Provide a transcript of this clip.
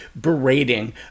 berating